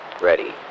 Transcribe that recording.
Ready